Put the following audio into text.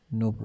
no